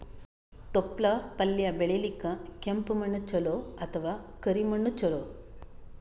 ತೊಪ್ಲಪಲ್ಯ ಬೆಳೆಯಲಿಕ ಕೆಂಪು ಮಣ್ಣು ಚಲೋ ಅಥವ ಕರಿ ಮಣ್ಣು ಚಲೋ?